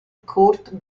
kurt